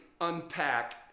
unpack